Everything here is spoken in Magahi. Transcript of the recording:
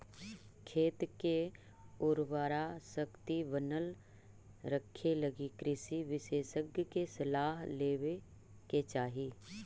खेत के उर्वराशक्ति बनल रखेलगी कृषि विशेषज्ञ के सलाह लेवे के चाही